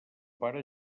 pare